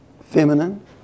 feminine